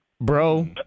bro